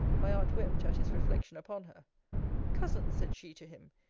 my aunt wept at his reflection upon her cousin, said she to him,